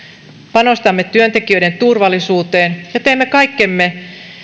panostamme työntekijöiden turvallisuuteen ja teemme kaikkemme